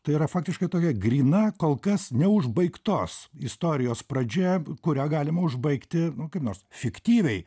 tai yra faktiškai tokia gryna kol kas neužbaigtos istorijos pradžia kurią galima užbaigti nu kaip nors fiktyviai